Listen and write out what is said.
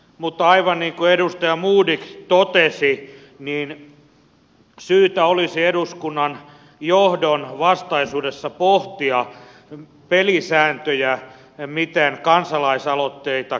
mutta aivan niin kuin edustaja modig totesi syytä olisi eduskunnan johdon vastaisuudessa pohtia pelisääntöjä miten kansalaisaloitteita käsitellään